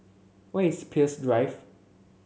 where is Peirce Drive